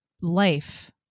life